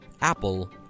Apple